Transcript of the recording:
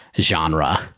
genre